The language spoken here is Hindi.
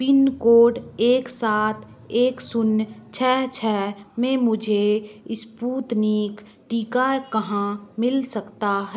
पिनकोड एक सात एक शून्य छ छ में मुझे स्पुतनिक टीका कहाँ मिल सकता है